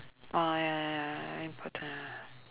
oh ya ya ya ah